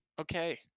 Okay